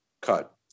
cut